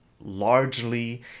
largely